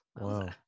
Wow